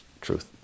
truth